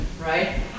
right